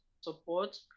support